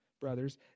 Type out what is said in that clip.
brothers